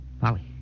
Polly